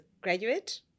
graduate